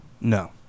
No